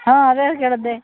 ಹಾಂ ಅದೇ ಕೇಳದೆ